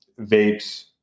vapes